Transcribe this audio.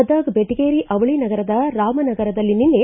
ಗದಗ ಬೆಟಗೇರಿ ಅವಳಿ ನಗರದ ರಾಮನಗರದಲ್ಲಿ ನಿನ್ನೆ